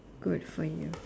good for you